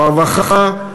ברווחה,